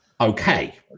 okay